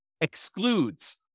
excludes